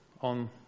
on